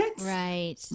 right